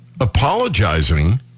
apologizing